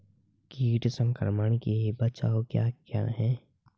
कीट संक्रमण के बचाव क्या क्या हैं?